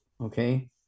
okay